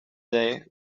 day